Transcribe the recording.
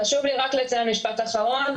חשוב לי רק לציין משפט אחרון.